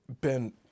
Ben